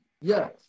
Yes